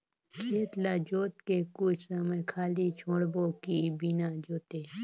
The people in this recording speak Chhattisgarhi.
खेत ल जोत के कुछ समय खाली छोड़बो कि बिना जोते?